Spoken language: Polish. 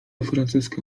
francuska